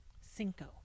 Cinco